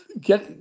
Get –